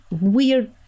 weird